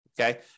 Okay